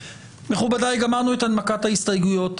מכובדי, גמרנו את הנמקת ההסתייגויות.